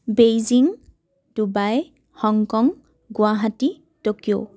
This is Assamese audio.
Beijing Dubai Hong Kong Guwahati Tokyo